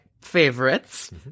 favorites